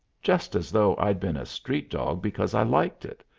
just as though i'd been a street-dog because i liked it!